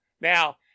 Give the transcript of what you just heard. now